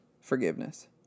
forgiveness